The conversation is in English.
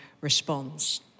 responds